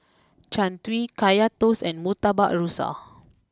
Jian Dui Kaya Toast and Murtabak Rusa